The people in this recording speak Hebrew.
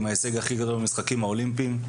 עם ההישג הכי גדול במשחקים האולימפיים,